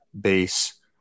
base